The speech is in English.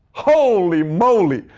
holy moly.